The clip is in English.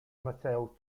mattel